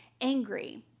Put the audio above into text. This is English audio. angry